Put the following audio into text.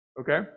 Okay